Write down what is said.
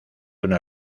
una